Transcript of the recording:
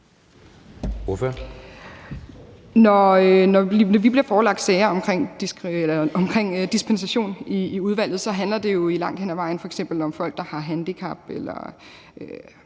Når vi bliver forelagt sager om dispensation i udvalget, handler det jo langt hen ad vejen om folk, der f.eks. har handicap eller